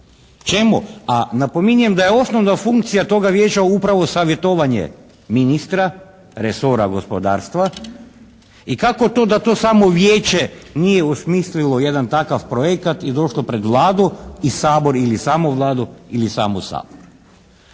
Čemu? A napominjem da je osnovna funkcija toga Vijeća upravo savjetovanje ministra resora gospodarstva. I kako to da to samo Vijeće nije osmislilo jedan takav projekat i došlo pred Vladu i Sabor ili samo Vladu ili samo Sabor?